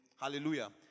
Hallelujah